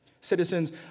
Citizens